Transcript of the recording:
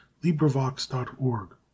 librivox.org